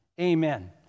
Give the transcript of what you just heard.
Amen